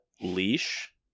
leash